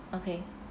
okay